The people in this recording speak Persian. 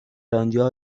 انجا